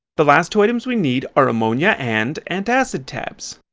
the last two items we need are ammonia and antacid taps.